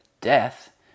death